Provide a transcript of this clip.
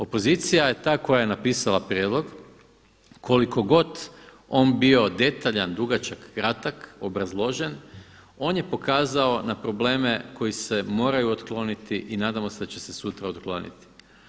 Opozicija je ta koja je napisala prijedlog, koliko god on bio detaljan, dugačak, kratak, obrazložen, on je pokazao na probleme koji se moraju otkloniti i nadamo se da će se sutra otkloniti.